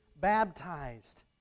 baptized